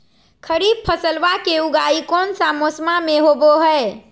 खरीफ फसलवा के उगाई कौन से मौसमा मे होवय है?